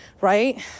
right